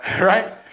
Right